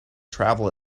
travel